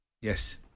Yes